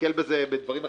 ניתקל בזה בדברים אחרים.